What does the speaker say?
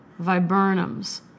viburnums